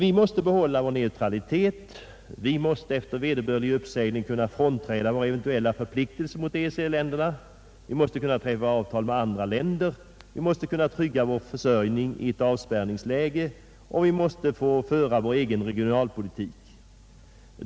Vi måste behålla vår neutralitet, vi måste efter vederbörlig uppsägning kunna frånträda våra eventuella förpliktelser mot EEC-länderna, vi måste kunna träffa avtal med andra länder, vi måste kunna trygga vår försörjning i ett avspärrningsläge, och vi måste få föra vår egen regionalpolitik.